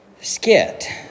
skit